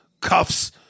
cuffs